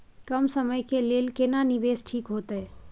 कम समय के लेल केना निवेश ठीक होते?